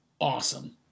awesome